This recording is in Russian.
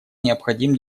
необходим